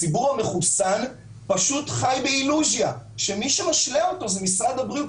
הציבור המחוסן פשוט חי באילוזיה שמי שמשלה אותו זה משרד הבריאות.